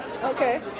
Okay